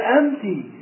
empty